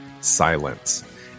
silence